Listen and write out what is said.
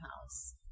house